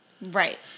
Right